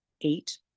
eight